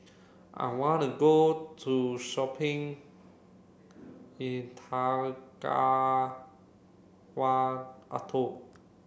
I want to go to shopping in Atoll